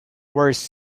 worse